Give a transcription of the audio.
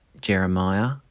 Jeremiah